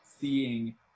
seeing